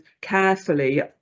carefully